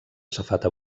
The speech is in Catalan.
safata